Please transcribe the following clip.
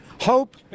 Hope